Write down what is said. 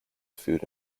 food